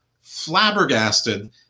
flabbergasted